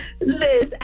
Liz